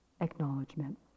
acknowledgement